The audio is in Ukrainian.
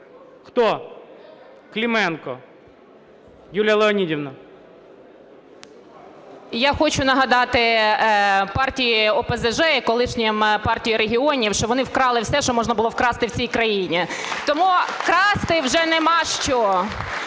КЛИМЕНКО Ю.Л. Я хочу нагадати партії ОПЗЖ, колишній Партії регіонів, що вони вкрали все, що можна було вкрасти в цій країні. Тому красти вже немає що.